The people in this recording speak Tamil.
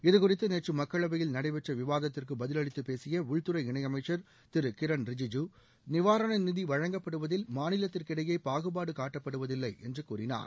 இது குறித்து நேற்று மக்களவையில் நடைபெற்ற விவாத்திற்கு பதிலளித்து பேசிய உள்துறை இணையமைச்சர் திரு கிரண் ரிஜிஜு நிவாரண நிதி வழங்கப்படுவதில் மாநிலத்திற்கு இடையே பாகுபாடு காட்டப்படுவதில்லை என்று கூறினார்